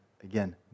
again